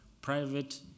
private